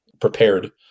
prepared